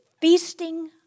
feasting